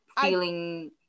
feeling